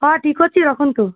ହଁ ଠିକ ଅଛି ରଖନ୍ତୁ